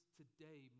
today